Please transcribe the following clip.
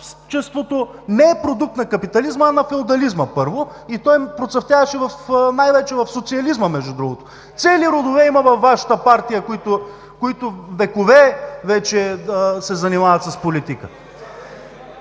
Шуробаджаначеството не е продукт на капитализма, а на феодализма – първо. И той процъфтяваше най-вече в социализма, между другото. Цели родове има във Вашата партия, които векове вече се занимават с политика.